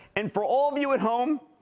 and for all of you at home,